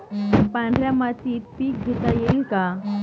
पांढऱ्या मातीत पीक घेता येईल का?